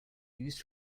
used